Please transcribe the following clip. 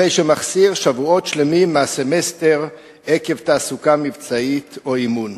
אחרי שמחסיר שבועות שלמים מהסמסטר עקב תעסוקה מבצעית או אימון.